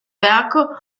werke